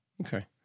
Okay